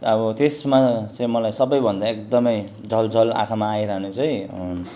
अब त्यसमा चाहिँ मलाई सबैभन्दा एकदमै झलझल आँखामा आइरहने चाहिँ